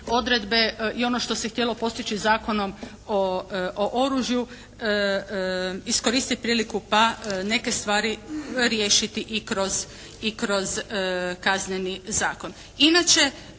odredbe, i ono što se htjelo postići Zakonom o oružju, iskoristiti priliku pa neke stvari riješiti i kroz Kazneni zakon.